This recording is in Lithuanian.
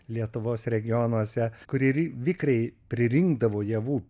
lietuvos regionuose kuri vikriai pririnkdavo javų